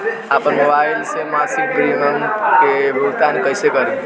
आपन मोबाइल से मसिक प्रिमियम के भुगतान कइसे करि?